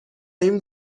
این